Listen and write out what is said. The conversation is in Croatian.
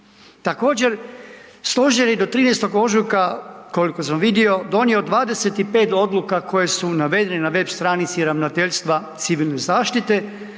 Također, stožer je do 13. Ožujka koliko sam vidio donio 25 odluka koje su navedene na web stranici Ravnateljstva civilne zaštite